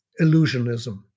illusionism